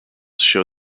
show